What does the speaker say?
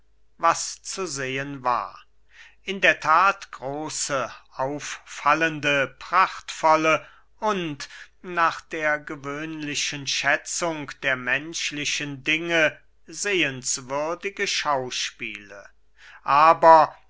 was zu sehen war in der that große auffallende prachtvolle und nach der gewöhnlichen schätzung der menschlichen dinge sehenswürdige schauspiele aber